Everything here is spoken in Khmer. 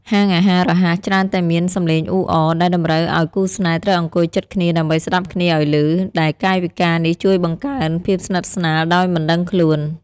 ហាងអាហាររហ័សច្រើនតែមានសំឡេងអ៊ូអរ ដែលតម្រូវឱ្យគូស្នេហ៍ត្រូវអង្គុយជិតគ្នាដើម្បីស្ដាប់គ្នាឱ្យឮ ដែលកាយវិការនេះជួយបង្កើនភាពស្និទ្ធស្នាលដោយមិនដឹងខ្លួន។